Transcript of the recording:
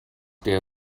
der